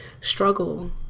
struggle